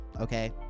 Okay